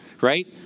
right